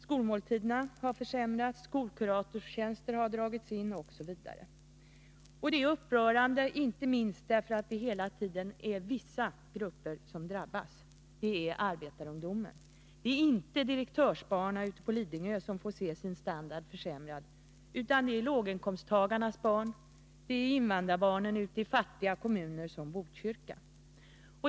Skolmåltiderna har försämrats, skolkuratorstjänster har dragits in, osv. Detta är upprörande, inte minst därför att det hela tiden är en viss grupp som drabbas, nämligen arbetarungdomen. Det är inte direktörsbarnen på Lidingö som får se sin standard försämrad, utan det är låginkomsttagarnas barn, invandrarbarnen ute i fattiga kommuner som Botkyrka.